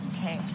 Okay